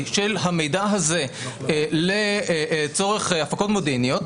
של המידע הזה לצורך הפקות מודיעיניות,